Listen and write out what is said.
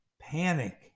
Panic